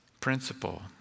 Principle